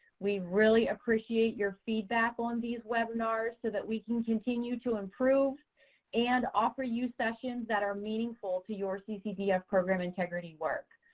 we really appreciate your feedback on these webinars so that we can continue to improve and offer you sessions that are meaningful to your ccdf program integrity work.